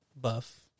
buff